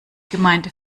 gemeinte